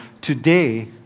today